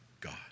God